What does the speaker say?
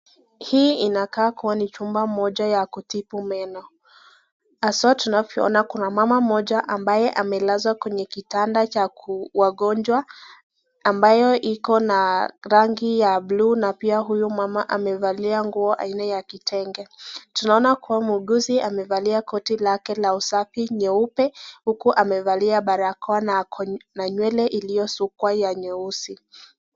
Hii inakaa kuwa ni ya kutibu meno. Haswa tunavyo ona kuna mama moja ambaye amelazwa katika kitanda cha wagonjwa. Ambayo iko na rangi ya blue na huyo mama amevalia nguo aina ya kitenge. Tunaona kuwa muuguzi amevalia koti lake la usafi nyeupe, uku amevalia barakoa na ako nywele iliyo sukwa ya uzi